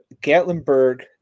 Gatlinburg